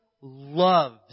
loves